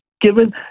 given